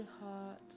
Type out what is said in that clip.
heart